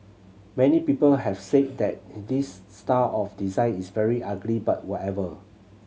many people have said that this star of design is very ugly but whatever